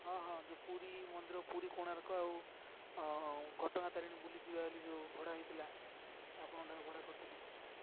ହଁ ହଁ ଯେଉଁ ପୁରୀ ମନ୍ଦିର ପୁରୀ କୋଣାର୍କ ଆଉ ଘଟଗାଁ ତାରିଣୀ ବୁଲିଯିବା ବୋଲି ଯେଉଁ ଭଡ଼ା ହୋଇଥିଲା ଆପଣଙ୍କଠାରୁ ଭଡ଼ା କରିଥିଲି